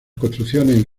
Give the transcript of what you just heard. construcciones